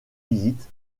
visite